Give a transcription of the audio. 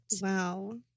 wow